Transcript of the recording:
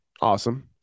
awesome